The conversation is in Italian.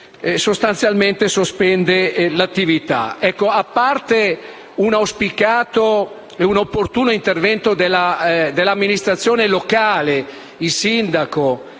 sostanzialmente sospende la propria attività. A parte un auspicato e opportuno intervento dell' amministrazione locale, del sindaco